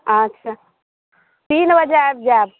अच्छा तीन बजे आबि जायब